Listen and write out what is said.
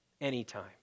anytime